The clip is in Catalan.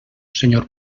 senyor